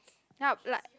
ya like